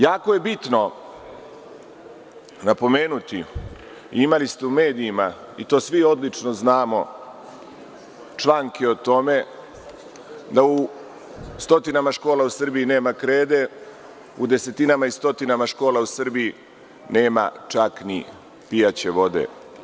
Jako je bitno napomenuti i imali ste u medijima, to svi odlično znamo, članke o tome da u stotinama škola u Srbiji nema krede, u desetinama i stotinama škola u Srbiji nema čak ni pijaće vode.